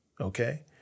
okay